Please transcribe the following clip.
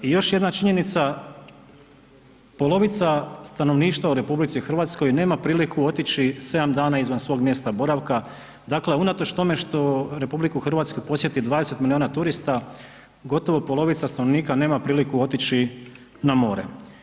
I još jedna činjenica, polovica stanovništva u RH nema priliku otići 7 dana izvan svog mjesta boravka, dakle unatoč tome što RH posjeti 20 milijuna turista, gotovo polovica stanovnika nema priliku otići na more.